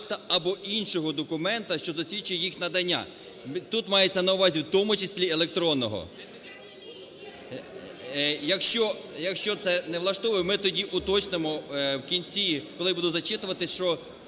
або іншого документа, що засвідчує їх надання", тут мається на увазі в тому числі електронного. Якщо це не влаштовує, ми тоді уточнимо в кінці, коли буду зачитувати, що